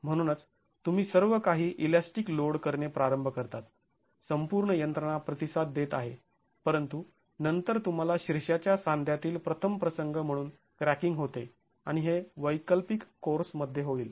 म्हणूनच तुम्ही सर्व काही इलॅस्टीक लोड करणे प्रारंभ करतात संपूर्ण यंत्रणा प्रतिसाद देत आहे परंतु नंतर तुम्हाला शीर्षाच्या सांध्यातील प्रथम प्रसंग म्हणून क्रॅकिंग होते आणि हे वैकल्पिक कोर्समध्ये होईल